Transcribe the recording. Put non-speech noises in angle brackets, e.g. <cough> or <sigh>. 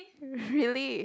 <laughs> really